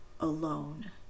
alone